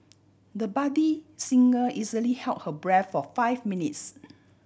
the budding singer easily held her breath for five minutes